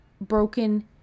broken